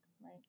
right